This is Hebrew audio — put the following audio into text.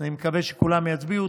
אז אני מקווה שכולם יצביעו.